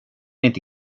inte